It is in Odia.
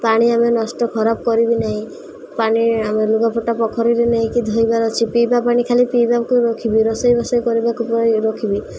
ପାଣି ଆମେ ନଷ୍ଟ ଖରାପ କରିବି ନାହିଁ ପାଣି ଆମେ ଲୁଗା ପଟା ପୋଖରୀରେ ନେଇକି ଧୋଇବାର ଅଛି ପିଇବା ପାଣି ଖାଲି ପିଇବାକୁ ରଖିବି ରୋଷେଇ ବୋସେଇ କରିବାକୁ ପ ରଖିବି